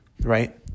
right